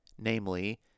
Namely